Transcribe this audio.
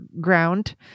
ground